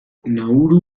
nauru